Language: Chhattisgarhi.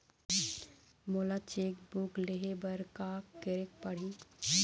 मोला चेक बुक लेहे बर का केरेक पढ़ही?